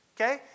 Okay